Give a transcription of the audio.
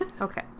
Okay